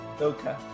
Okay